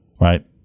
right